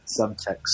subtext